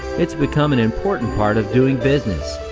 it's become an important part of doing business.